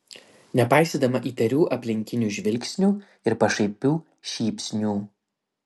nepaisydama įtarių aplinkinių žvilgsnių ir pašaipių šypsnių